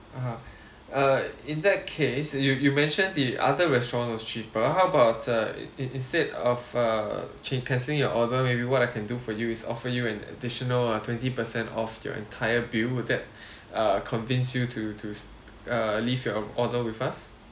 (uh huh) uh in that case you you mentioned the other restaurant was cheaper how about uh ins~ instead of uh cha~ cancelling your order maybe what I can do for you is offer you an additional uh twenty percent off your entire bill will that uh convince you to to s~ uh leave your order with us